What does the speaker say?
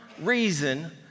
reason